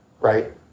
right